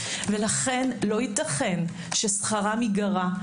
לכן לא ייתכן ששכרם ייגרע.